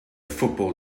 football